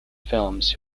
films